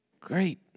Great